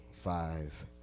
five